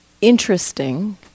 interesting